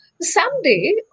Someday